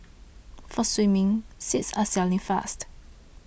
for swimming seats are selling fast